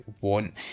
want